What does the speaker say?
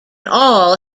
all